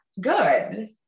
good